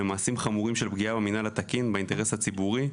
למעשים חמורים של פגיעה במנהל התקין באינטרס הציבורי,